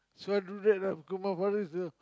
so I do that lah so my brothers do it